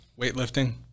weightlifting